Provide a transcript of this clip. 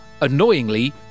annoyingly